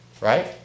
right